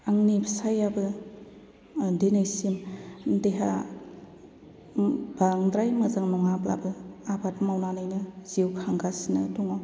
आंनि फिसाइयाबो दिनैसिम देहा बांद्राय मोजां नङाब्लाबो आबाद मावनानैनो जिउ खांगासिनो दङ